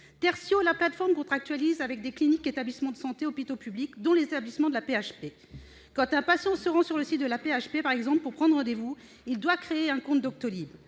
Tertio, la plateforme contractualise avec des cliniques, établissements de santé, hôpitaux publics, dont les établissements de l'Assistance publique-Hôpitaux de Paris, l'AP-HP. Quand un patient se rend sur le site de l'AP-HP, par exemple, pour prendre rendez-vous, il doit créer un compte Doctolib.